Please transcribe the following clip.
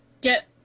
get